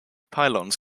pylons